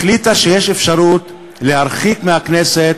החליטה שיש אפשרות להרחיק מהכנסת